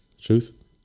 Truth